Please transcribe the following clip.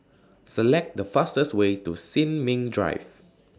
Select The fastest Way to Sin Ming Drive